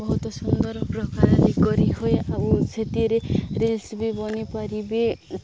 ବହୁତ ସୁନ୍ଦର ପ୍ରକାରରେ କରି ହୁଏ ଆଉ ସେଥିରେ ରିଲ୍ସ ବି ବନିପାରିବେ